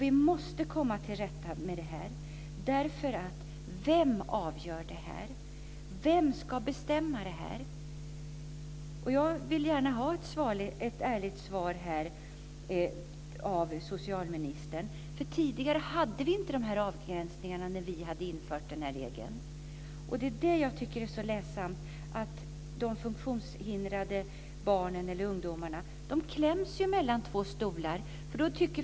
Vi måste komma till rätta med det här. Vem ska bestämma över det här? Jag vill gärna få ett ärligt svar från socialministern. När vi införde den här regeln fanns inte de här avgränsningarna. Jag tycker att det är ledsamt att de funktionshindrade barnen och ungdomarna hamnar mellan två stolar.